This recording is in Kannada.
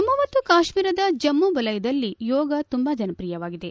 ಜಮ್ಮ ಮತ್ತು ಕಾಶ್ಮೀರದ ಜಮ್ಮ ವಲಯದಲ್ಲಿ ಯೋಗ ತುಂಬಾ ಜನಪ್ರಿಯವಾಗಿದೆ